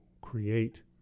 create